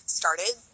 started